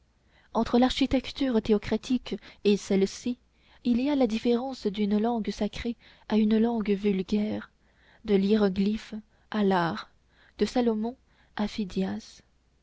entre l'architecture théocratique et celle-ci il y a la différence d'une langue sacrée à une langue vulgaire de l'hiéroglyphe à l'art de salomon